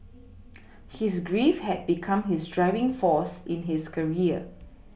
his grief had become his driving force in his career